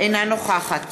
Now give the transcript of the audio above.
אינה נוכחת